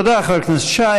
תודה, חבר הכנסת שי.